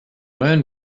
learn